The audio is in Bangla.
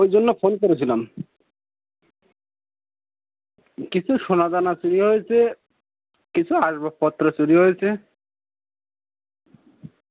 ওর জন্য ফোন করেছিলাম কিছু সোনা দানা চুরি হয়েছে কিছু আসবাবপত্র চুরি হয়েছে